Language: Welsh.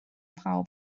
pawb